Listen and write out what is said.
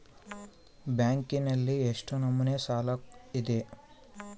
ಬ್ಯಾಂಕಿನಲ್ಲಿ ಎಷ್ಟು ನಮೂನೆ ಸಾಲ ಇದೆ?